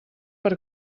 per